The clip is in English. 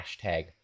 hashtag